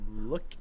look